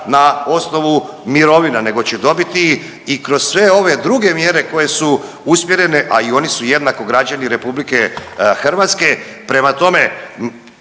na osnovu mirovina nego će dobiti i kroz sve ove druge mjere koje su usmjerene, a i oni su jednako građani Republike Hrvatske. Prema tome,